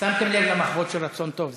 שמתם לב למחוות של רצון טוב?